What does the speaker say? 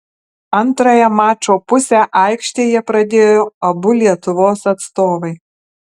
antrąją mačo pusę aikštėje pradėjo abu lietuvos atstovai